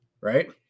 right